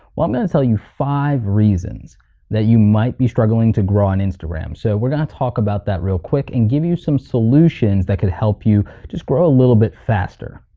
well i'm gonna tell you five reasons that you might be struggling to grow on instagram so we're gonna talk about that real quick and give you some solutions that could help you just grow a little bit faster.